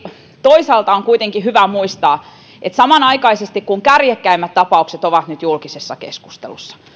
toisaalta on kuitenkin hyvä muistaa että samanaikaisesti kun kärjekkäimmät tapaukset ovat nyt julkisessa keskustelussa